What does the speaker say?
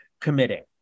committing